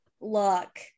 Look